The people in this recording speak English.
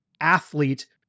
athlete